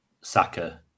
Saka